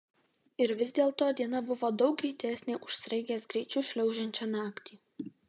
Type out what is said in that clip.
ir vis dėlto diena buvo daug greitesnė už sraigės greičiu šliaužiančią naktį